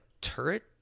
turret